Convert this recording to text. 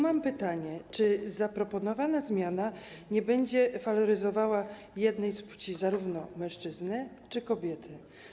Mam pytanie: Czy zaproponowana zmiana nie będzie faworyzowała jednej z płci - mężczyzny czy kobiety?